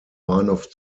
bahnhof